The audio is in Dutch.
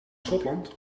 schotland